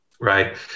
right